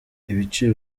ibiciro